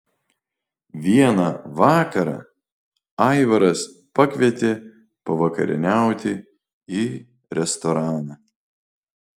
vieną vakarą aivaras pakvietė pavakarieniauti į restoraną